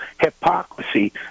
hypocrisy